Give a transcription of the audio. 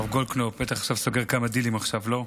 הרב גולדקנופ, בטח אתה סוגר כמה דילים עכשיו,